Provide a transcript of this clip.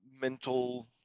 mental